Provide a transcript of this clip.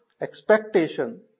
expectation